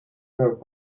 work